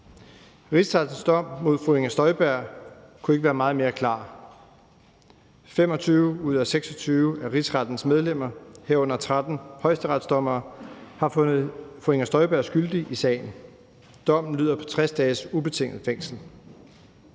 Rigsrettens dom mod fru Inger Støjberg kunne ikke være meget mere klar: 25 ud af 26 af Rigsrettens medlemmer, herunder 13 højesteretsdommere, har fundet fru Inger Støjberg skyldig i sagen. Dommen lyder på 60 dages ubetinget fængsel.